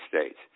States